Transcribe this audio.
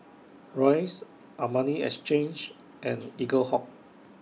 Royce Armani Exchange and Eaglehawk